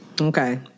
Okay